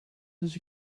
dus